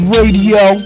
Radio